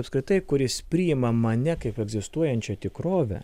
apskritai kuris priima mane kaip egzistuojančią tikrovę